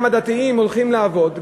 גם הדתיים הולכים לעבוד,